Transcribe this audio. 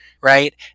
right